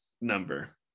number